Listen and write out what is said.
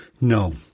No